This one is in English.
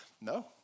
No